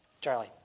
Charlie